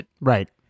Right